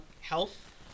health